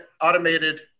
automated